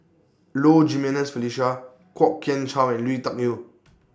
Low Jimenez Felicia Kwok Kian Chow and Lui Tuck Yew